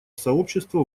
сообщества